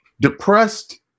Depressed